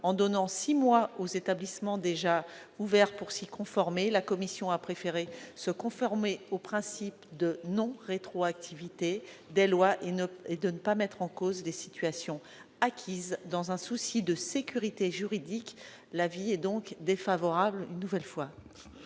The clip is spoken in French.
en donnant six mois aux établissements déjà ouverts pour s'y conformer. La commission a préféré en rester au principe de non-rétroactivité des lois, afin de ne pas mettre en cause des situations acquises, dans un souci de sécurité juridique. L'avis est donc défavorable. Quel est